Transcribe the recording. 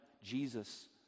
jesus